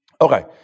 Okay